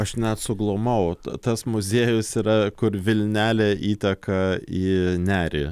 aš net suglumau tas muziejus yra kur vilnelė įteka į nerį